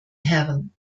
heaven